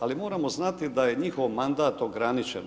Ali moramo znati da je njihov mandat ograničen.